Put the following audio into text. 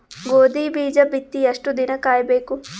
ಗೋಧಿ ಬೀಜ ಬಿತ್ತಿ ಎಷ್ಟು ದಿನ ಕಾಯಿಬೇಕು?